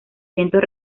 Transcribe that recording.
vientos